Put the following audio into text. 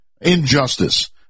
injustice